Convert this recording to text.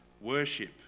worship